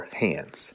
hands